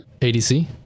ADC